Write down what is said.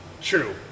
True